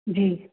जी